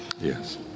Yes